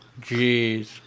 Jeez